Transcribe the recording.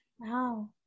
Wow